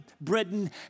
Britain